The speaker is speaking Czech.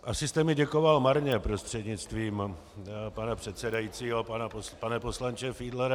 Asi jste mi děkoval marně, prostřednictvím pana předsedajícího pane poslanče Fiedlere.